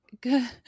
good